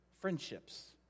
friendships